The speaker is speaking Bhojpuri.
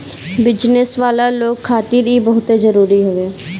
बिजनेस वाला लोग खातिर इ बहुते जरुरी हवे